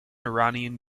iranian